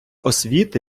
освіти